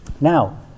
Now